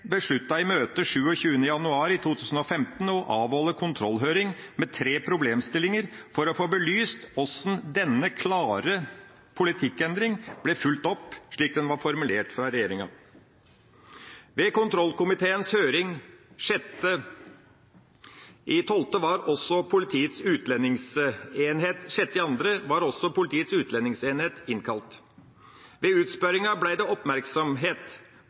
i møte 27. januar i 2015 å avholde kontrollhøring med tre problemstillinger for å få belyst hvordan denne klare politikkendring ble fulgt opp slik den var formulert fra regjeringa. Ved kontrollkomiteens høring 6. februar var også Politiets utlendingsenhet